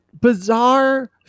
bizarre